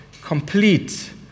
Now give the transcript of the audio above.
complete